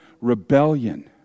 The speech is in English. rebellion